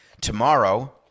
Tomorrow